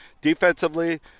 defensively